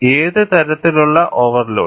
ഏത് തരത്തിലുള്ള ഓവർലോഡ്